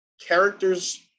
characters